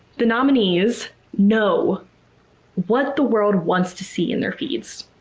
the nominees know what the world wants to see in their feeds.